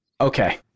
Okay